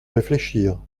réfléchir